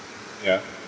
ya